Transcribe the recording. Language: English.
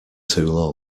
too